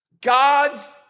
God's